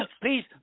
please